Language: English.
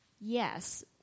Yes